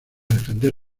defender